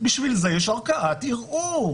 בשביל זה יש ערכאת ערעור.